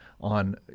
on